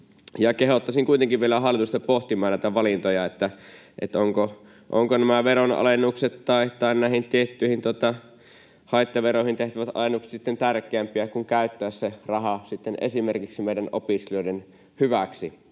Kehottaisin kuitenkin vielä hallitusta pohtimaan näitä valintoja, ovatko nämä veronalennukset tai näihin tiettyihin haittaveroihin tehtävät alennukset sitten tärkeämpiä kuin käyttää se raha sitten esimerkiksi meidän opiskelijoidemme hyväksi.